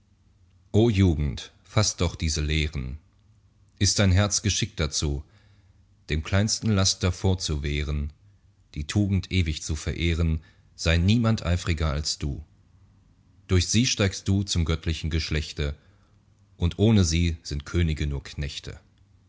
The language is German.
o jugend faß doch diese lehren itzt ist dein herz geschickt dazu dem kleinsten laster vorzuwehren die tugend ewig zu verehren sei niemand eifriger als du durch sie steigst du zum göttlichen geschlechte und ohne sie sind könige nur knechte